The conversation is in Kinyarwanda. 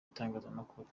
itangazamakuru